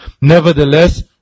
Nevertheless